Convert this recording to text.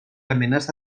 amenaça